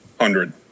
hundred